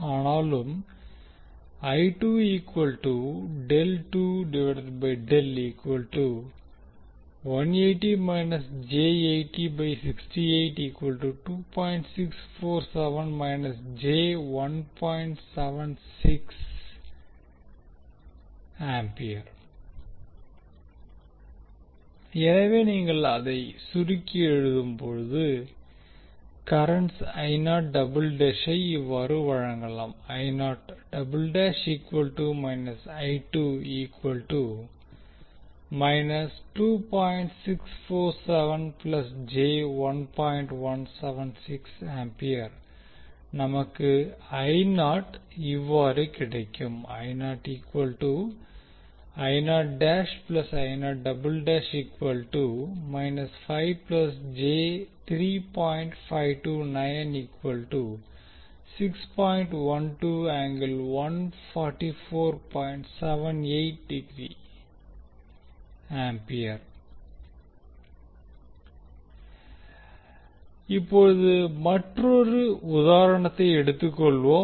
ஆனாலும் எனவே நீங்கள் அதை சுருக்கி எழுதும் போது கரண்ட் ஐ இவ்வாறு வழங்கலாம் நமக்கு இவ்வாறு கிடைக்கும் இப்போது மற்றொரு உதாரணத்தை எடுத்துக் கொள்வோம்